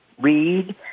read